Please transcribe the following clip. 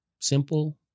simple